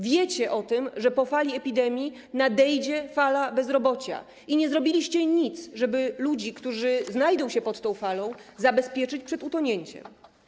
Wiecie o tym, że po fali epidemii nadejdzie fala bezrobocia, i nie zrobiliście nic, żeby ludzi, którzy znajdą się pod tą falą, zabezpieczyć przed utonięciem.